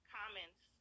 comments